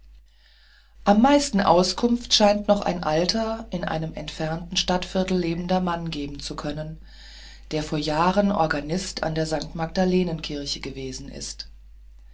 am meisten auskunft scheint noch ein alter in einem entfernten stadtviertel lebender mann geben zu können der vor jahren organist an der st magdalenenkirche gewesen ist